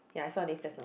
ya I saw this just now